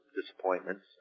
disappointments